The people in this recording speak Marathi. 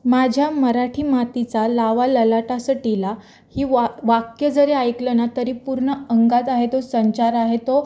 माझ्या मराठी मातीचा लावा ललाटा सटीला ही वा वाक्य जरी ऐकलं ना तरी पूर्ण अंगात आहे तो संचार आहे तो